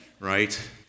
Right